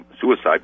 suicide